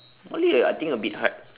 malay I think a bit hard